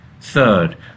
Third